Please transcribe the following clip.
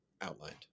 outlined